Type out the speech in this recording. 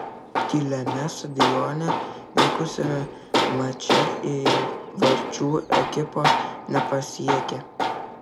tyliame stadione vykusiame mače įvarčių ekipos nepasiekė